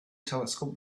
telescope